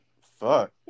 fuck